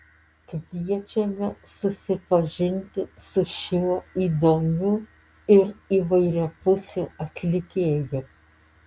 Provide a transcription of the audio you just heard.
kviečiame susipažinti su šiuo įdomiu ir įvairiapusiu atlikėju